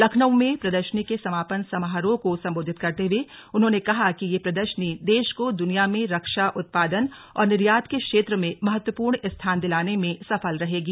लखनऊ में प्रदर्शनी के समापन समारोह को संबोधित करते हुए उन्होंने कहा कि यह प्रदर्शनी देश को दुनिया में रक्षा उत्पादन और निर्यात के क्षेत्र में महत्वपूर्ण स्थान दिलाने में सफल रहेगी